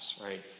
right